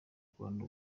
rwanda